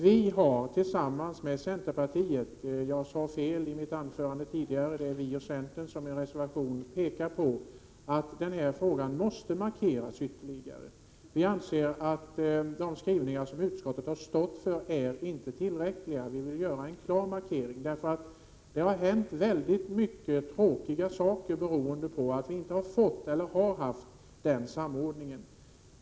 Vi har tillsammans med centerpartiet — jag sade fel i mitt anförande tidigare — i en reservation pekat på att denna fråga måste markeras ytterligare. Vi anser att de skrivningar som utskottet har stått för inte är tillräckliga. Vi vill göra en klar markering. Det har hänt mycket tråkiga saker beroende på att vi inte har haft den samordningen.